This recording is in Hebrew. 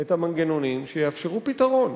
את המנגנונים שיאפשרו פתרון.